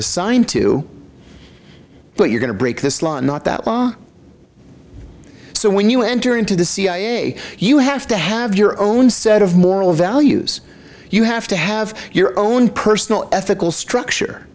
assigned to but you're going to break this law not that law so when you enter into the cia you have to have your own set of moral values you have to have your own personal ethical structure